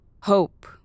hope